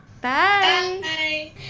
Bye